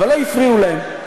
אבל לא הפריעו להם.